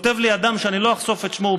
כותב לי אדם שאני לא אחשוף את שמו,